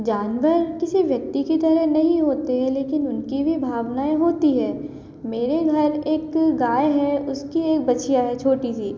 जानवर किसी व्यक्ति की तरह नहीं होते लेकिन उनकी भी भावनाएँ होती हैं मेरे घर एक गाय है उसकी एक बछिया है छोटी सी मुझे वह बहुत प्यारी लगती है